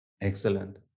Excellent